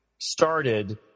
started